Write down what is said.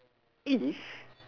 if